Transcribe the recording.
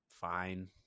fine